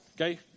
okay